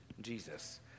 Jesus